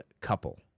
COUPLE